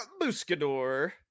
Buscador